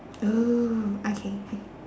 oo okay can